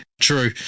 true